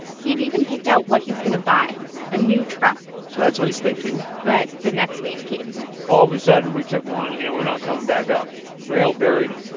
he'd even picked out what he was going to buy a new truck so that's what he's thinking but the next wave came all of a sudden, we took one, and we're not coming back up rail buried,